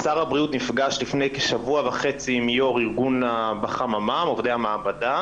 שר הבריאות נפגש לפני כשבוע וחצי עם יו"ר ארגון עובדי המעבדה.